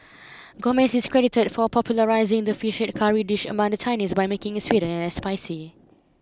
Gomez is credited for popularising the fish head curry dish among the Chinese by making it sweeter and less spicy